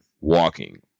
walking